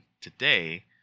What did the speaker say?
today